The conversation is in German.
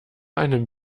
einem